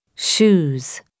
shoes